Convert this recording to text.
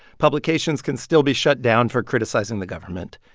publications can still be shut down for criticizing the government.